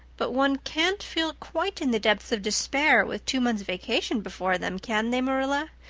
but one can't feel quite in the depths of despair with two months' vacation before them, can they, marilla?